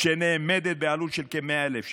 שנאמדת בעלות של 100,000 שקל.